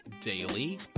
daily